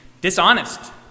dishonest